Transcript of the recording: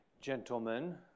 gentlemen